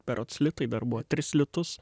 berods litai dar buvo tris litus